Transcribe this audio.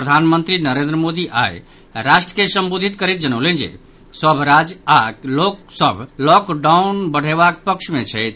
प्रधानमंत्री नरेन्द्र मोदी आइ राष्ट्र के संबोधित करैत जनौलनि जे सभ राज्य आ लोक सभ लॉकडाउन बढ़यबाक पक्ष मे छथि